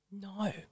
No